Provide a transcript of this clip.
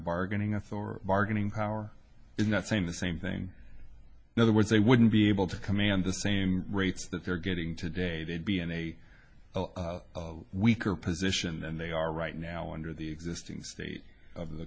bargaining with or bargaining power in that same the same thing in other words they wouldn't be able to command the same rates that they're getting today they'd be in a weaker position than they are right now under the existing state of the